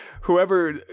whoever